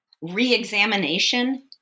re-examination